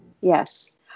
Yes